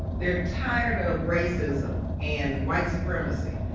they're tired of racism and white supremacy.